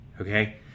okay